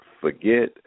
forget